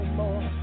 more